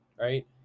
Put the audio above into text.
right